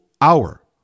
hour